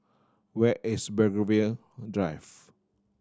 where is Belgravia Drive